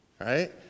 right